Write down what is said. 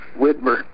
Whitmer